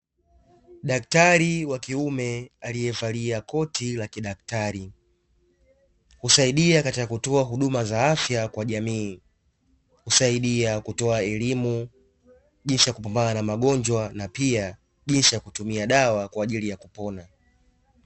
Daktari wa kiume aliyevalia koti la kidaktari, husaidia katika kutoa huduma za afya kwa jamii husaidia kutoa elimu jinsi ya kupambana na magonjwa na pia jinsi ya kutumia dawa kwa ajili ya kupona.